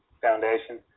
Foundation